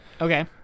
Okay